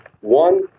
one